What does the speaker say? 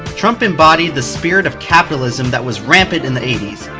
trump embodied the spirit of capitalism, that was rampant in the eighty s.